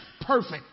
perfect